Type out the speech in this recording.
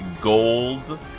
Gold